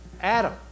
Adam